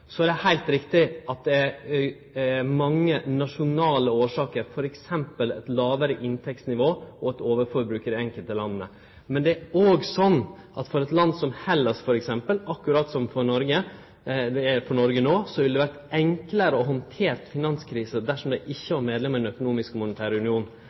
Så er det heilt riktig at det er mange nasjonale årsaker, f.eks. eit lågare inntektsnivå og eit overforbruk i dei enkelte landa. Men det er òg sånn at for eit land som Hellas, f.eks., , ville det ha vore enklare å handtere finanskrisa dersom dei ikkje var medlem i Den økonomiske og monetære union, akkurat som Noreg no. No har dei